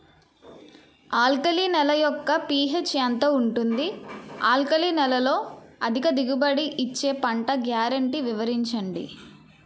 Alkali నేల యెక్క pH ఎంత ఉంటుంది? ఆల్కలి నేలలో అధిక దిగుబడి ఇచ్చే పంట గ్యారంటీ వివరించండి?